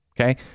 Okay